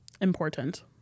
important